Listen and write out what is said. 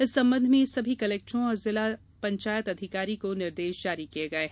इस संबंध में सभी कलेक्टरों और जिला पंचायत अधिकारी को निर्देश जारी कर दिये गये हैं